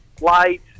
light